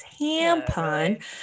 tampon